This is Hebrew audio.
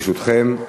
ברשותכם,